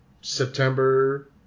September